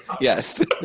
yes